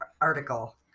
article